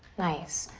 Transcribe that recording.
nice.